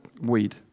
weed